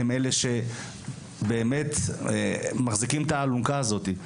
הם אלה שבאמת מחזיקים את האלונקה הזאתי,